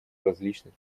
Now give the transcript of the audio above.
различных